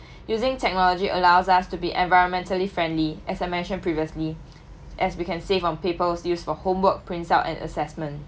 using technology allows us to be environmentally friendly as I mentioned previously as we can save on papers used for homework print out and assessment